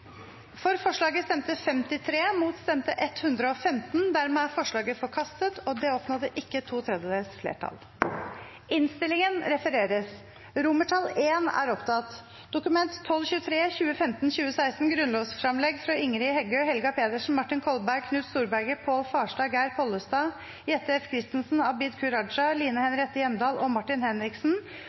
og er dermed ikke bifalt. Det voteres over forslag nr. 1, fra Arbeiderpartiet. Forslaget lyder: «Dokument 12:23 – Grunnlovsframlegg frå Ingrid Heggø, Helga Pedersen, Martin Kolberg, Knut Storberget, Pål Farstad, Geir Pollestad, Jette F. Christensen, Abid Q. Raja, Line Henriette Hjemdal og Martin Henriksen